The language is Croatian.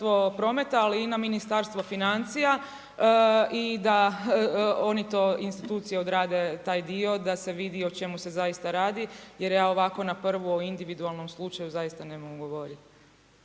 prometa, ali i na Ministarstvo financija i da oni to institucije odrade taj dio da se vidi o čemu se zaista radi, jer ja ovako na prvu o individualnom slučaju zaista ne mogu odgovoriti.